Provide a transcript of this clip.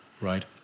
Right